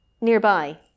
nearby